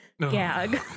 gag